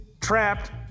Trapped